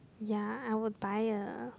ya I would buy a